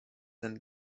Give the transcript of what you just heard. and